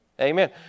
Amen